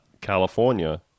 California